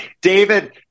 David